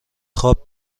خواب